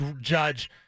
judge –